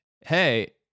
Hey